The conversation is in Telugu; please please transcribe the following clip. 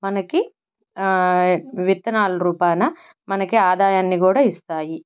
మనకి విత్తనాలు రూపాన మనకి ఆదాయాన్ని కూడా ఇస్తాయి